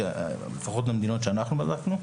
לפחות במדינות שאנחנו בדקנו.